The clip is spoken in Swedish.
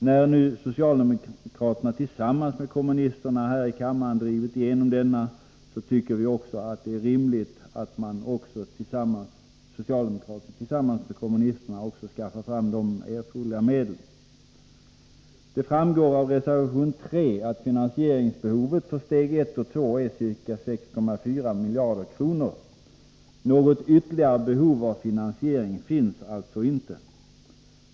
När nu socialdemokraterna tillsammans med kommunisterna här i kammaren drivit igenom denna skattereduktion tycker vi att det är rimligt att socialdemokraterna tillsammans med kommunisterna också skaffar fram de erfoderliga medlen. Det framgår av reservation 3 att finansieringsbehovet för steg 1 och 2 är ca 6,4 miljarder kronor. Något ytterligare behov av finansiering finns alltså inte.